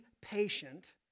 patient